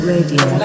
Radio